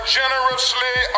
generously